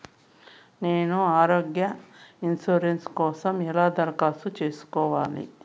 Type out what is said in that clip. నేను ఆరోగ్య ఇన్సూరెన్సు కోసం ఎలా దరఖాస్తు సేసుకోవాలి